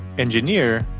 engineer,